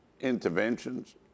interventions